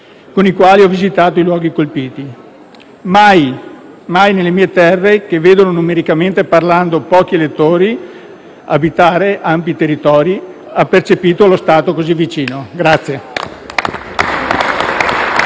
con i quali ho visitato i luoghi colpiti. Mai, mai le mie terre, che vedono, numericamente parlando, pochi elettori abitare ampi territori, hanno percepito lo Stato così vicino.